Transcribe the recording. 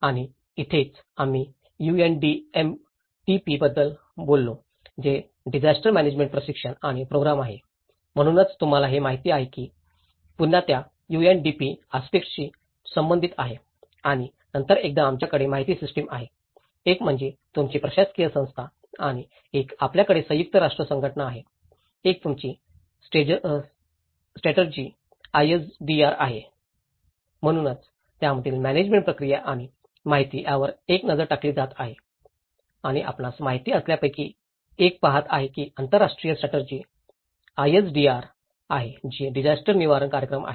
आणि इथेच आम्ही यूएनडीएमटी बद्दल बोललो जे डिजास्टर म्यानेजमेंट प्रशिक्षण आणि प्रोग्राम आहे म्हणूनच तुम्हाला हे माहित आहे की पुन्हा त्या यूएनडीपी आस्पेक्टसशी संबंधित आहे आणि नंतर एकदा आमच्याकडे माहिती सिस्टिम आहे एक म्हणजे तुमची प्रशासकीय संस्था आहे एक आपल्याकडे संयुक्त राष्ट्र संघटना आहेत एक तुमची स्टेटर्जी आयएसडीआर आहे म्हणूनच त्यातील म्यानेजमेंट प्रक्रिया आणि माहिती यावर एक नजर टाकली जात आहे आणि आपणास माहित असलेल्यांपैकी एक पहात आहे ही आंतरराष्ट्रीय स्टेटर्जी आयएसडीआर आहे जी डिजास्टर निवारण कार्यक्रम आहे